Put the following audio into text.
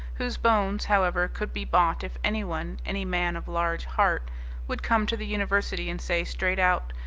whose bones, however, could be bought if anyone, any man of large heart would come to the university and say straight out,